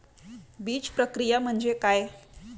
बीजप्रक्रिया म्हणजे काय?